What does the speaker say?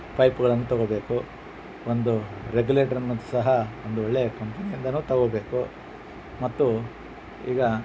ಪೈಪುಗಳನ್ನ ತಗೊಬೇಕು ಒಂದು ರೆಗ್ಯುಲೇಟರನ್ನು ಸಹ ಒಂದು ಒಳ್ಳೆಯ ಕಂಪನಿಯಿಂದಾನೂ ತಗೊಬೇಕು ಮತ್ತು ಈಗ